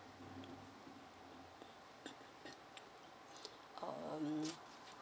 um